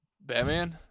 Batman